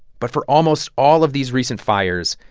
but for almost all of these recent fires,